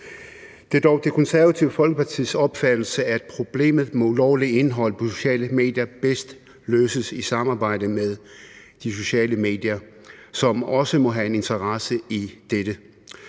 Det er dog Det Konservative Folkepartis opfattelse, at problemet med ulovligt indhold på sociale medier bedst løses i samarbejde med de sociale medier selv, som også må have en interesse i det,